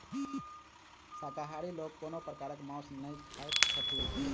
शाकाहारी लोक कोनो प्रकारक मौंस नै खाइत छथि